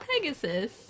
Pegasus